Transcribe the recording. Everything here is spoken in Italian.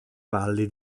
valli